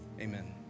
amen